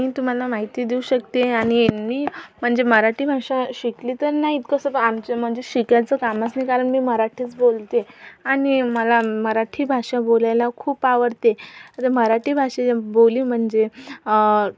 मी तुम्हाला माहिती देऊ शकते आणि मी म्हणजे मराठी भाषा शिकली तर नाही इतकंसंपण आमचं म्हणजे शिकायचं कामच नाही झालं मी मराठीच बोलते आणि मला मराठी भाषा बोलायला खूप आवडते आता मराठी भाषा बोली म्हणजे